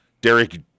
Derek